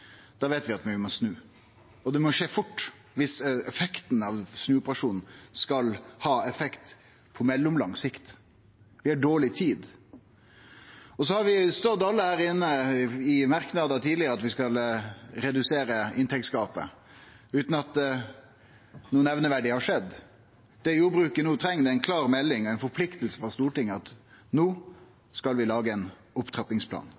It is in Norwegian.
da veit vi at vi må snu. Det må skje fort om effekten av snuoperasjonen skal ha effekt på mellomlang sikt. Vi har dårleg tid. Så har vi alle her stått inne i merknader tidlegare om at vi skal redusere inntektsgapet – utan at noko nemneverdig har skjedd. Det jordbruket no treng, er ei klar melding og ei forplikting frå Stortinget om at no skal vi lage ein opptrappingsplan.